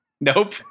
Nope